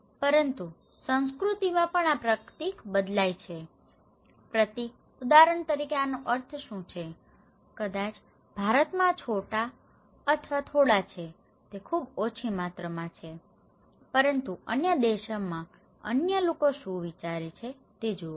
પરંતુ સંસ્કૃતિમાં પણ આ પ્રતીક બદલાય છે આ પ્રતીક ઉદાહરણ તરીકે આનો અર્થ શું છે કદાચ ભારતમાં આ છોટા અથવા થોડા છે તે ખૂબ ઓછી માત્રામાં છે ઠીક છે પરંતુ અન્ય દેશોના અન્ય લોકો શું વિચારે છે તે જુઓ